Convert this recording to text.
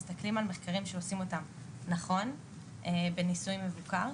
מסתכלים על מחקרים שעושים אותם נכון בניסוי מבוקר.